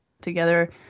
together